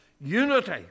unity